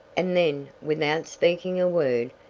and then, without speaking a word,